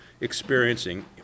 experiencing